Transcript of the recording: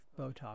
botox